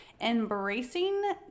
embracing